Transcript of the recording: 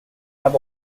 have